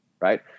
right